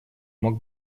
мог